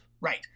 Right